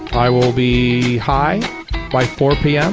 i will be high by four p. m.